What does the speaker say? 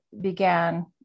began